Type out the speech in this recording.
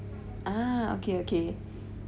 ah okay okay